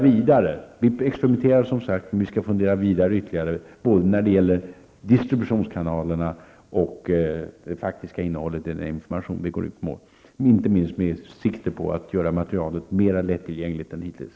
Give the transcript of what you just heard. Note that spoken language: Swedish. Vi experimenterar som sagt, men vi skall fundera vidare både när det gäller distributionskanalerna och när det gäller det faktiska innehållet i den information som vi går ut med, inte minst med sikte på att göra materialet mer lättillgängligt än hittills.